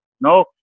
No